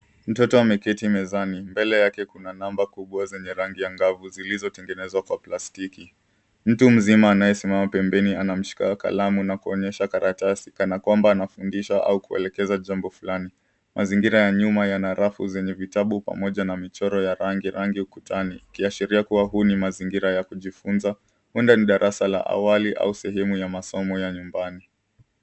Mtoto ameketi mezani. Mbele yake kuna namba kubwa zenye rangi angavu zilizotengenezwa kwa plastiki. Mtu mzima anayesimama pembeni anamshika kalamu na kuonyesha karatasi kana kwamba anafundisha au kuelekeza jambo fulani. Mazingira ya nyuma yana rafu zenye vitabu pamoja na michoro ya rangi rangi ukutani ikiashiria huu ni mazingira ya kujifunza. Huenda ni darasa la awali au masomo ya nyumbani.